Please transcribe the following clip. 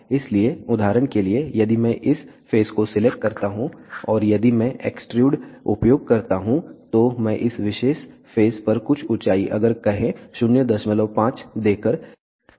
इसलिए उदाहरण के लिए यदि मैं इस फेस को सिलेक्ट करता हूं और यदि मैं एक्सट्रूड उपयोग करता हूं तो मैं इस विशेष फेस पर कुछ ऊंचाई अगर कहें 05 देकर शेप बना सकता हूं